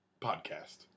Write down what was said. podcast